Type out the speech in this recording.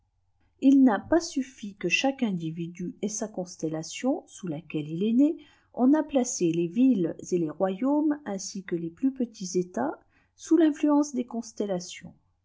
il n'a pas suffi que chaque individu ait sa constellation sous laquelle il est né on a placé les villes et les royaumes ainsi que les plus petits états sous l'influence des constellations